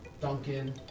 Duncan